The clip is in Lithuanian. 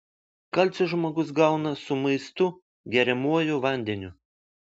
kalcio žmogus gauna su maistu geriamuoju vandeniu